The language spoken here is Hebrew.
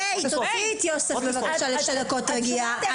--- תוציאו את יוסף, בבקשה, לשתי דקות רגיעה.